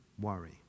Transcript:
worry